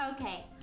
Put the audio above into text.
okay